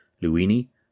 Luini